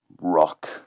rock